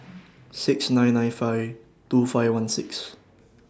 six nine nine five two five one six